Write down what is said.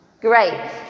Great